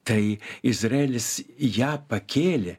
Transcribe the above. tai izraelis ją pakėlė